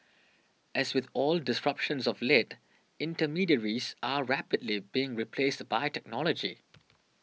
as with all disruptions of late intermediaries are rapidly being replaced by technology